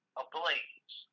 ablaze